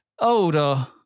older